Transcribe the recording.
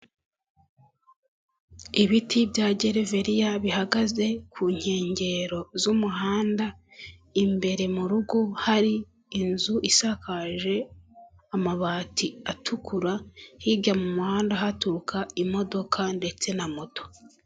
Ibiti bya gereveriya bihagaze ku nkengero z'umuhanda, imbere m'urugo hari inzu isakaje amabati atukura, hirya m'umuhanda haturuka imodoka ndetse na moto.